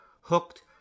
hooked